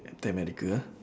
captain america ah